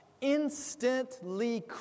instantly